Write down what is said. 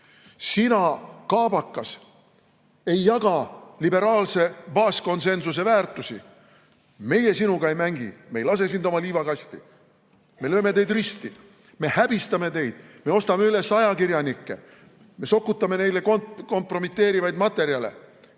Sina, kaabakas, ei jaga liberaalse baaskonsensuse väärtusi – meie sinuga ei mängi, me ei lase sind oma liivakasti! Me lööme teid risti, me häbistame teid, me ostame üles ajakirjanikke, me sokutame neile kompromiteerivaid materjale.